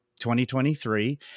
2023